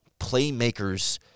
playmakers